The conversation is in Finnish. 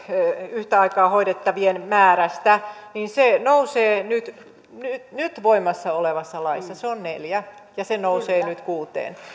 yhtä aikaa hoidettavien lasten määrästä se nousee nyt nyt nyt voimassa olevassa laissa se on neljä ja se nousee nyt kuuteen